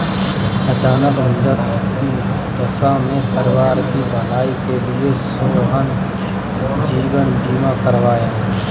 अचानक मृत्यु की दशा में परिवार की भलाई के लिए सोहन ने जीवन बीमा करवाया